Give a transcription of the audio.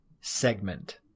segment